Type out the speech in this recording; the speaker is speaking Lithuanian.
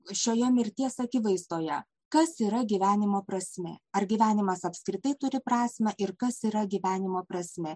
šioje mirties akivaizdoje kas yra gyvenimo prasmė ar gyvenimas apskritai turi prasmę ir kas yra gyvenimo prasmė